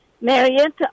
Marriott